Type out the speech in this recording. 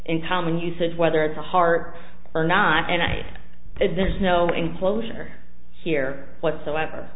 in common usage whether it's a heart or not and there's no enclosure here whatsoever